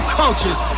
cultures